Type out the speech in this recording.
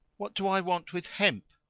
what do i want with hemp?